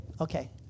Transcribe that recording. okay